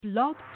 Blog